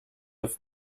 have